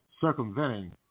circumventing